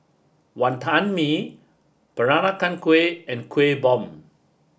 Wonton Mee Peranakan Kueh and Kueh Bom